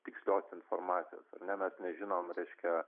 tikslios informacijos ne mes nežinom reiškia